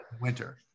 winter